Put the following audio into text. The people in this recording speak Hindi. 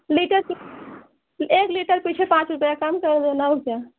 लीटर एक लीटर पीछे पाँच रुपया कम कर देना और क्या